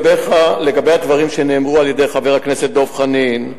לגבי הדברים שנאמרו על-ידי חבר הכנסת דב חנין,